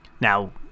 Now